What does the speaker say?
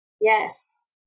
Yes